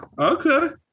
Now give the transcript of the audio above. okay